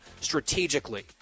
strategically